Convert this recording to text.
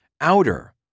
outer